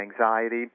anxiety